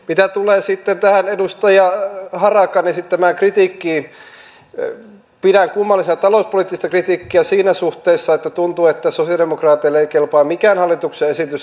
mitä tulee sitten tähän edustaja harakan esittämään kritiikkiin pidän kummallisena talouspoliittista kritiikkiä siinä suhteessa että tuntuu että sosialidemokraateille ei kelpaa mikään hallituksen esitys